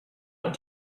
what